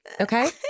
Okay